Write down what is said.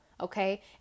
okay